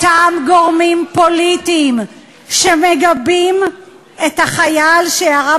אותם גורמים פוליטיים שמגבים את החייל שירה